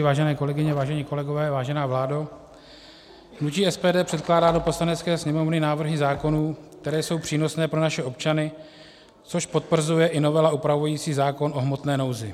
Vážené kolegyně, vážení kolegové, vážená vládo, hnutí SPD předkládá do Poslanecké sněmovny návrhy zákonů, které jsou přínosné pro naše občany, což potvrzuje i novela upravující zákon o hmotné nouzi.